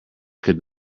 could